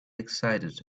excited